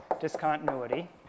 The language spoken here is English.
discontinuity